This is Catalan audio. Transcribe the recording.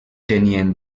tenien